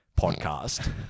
podcast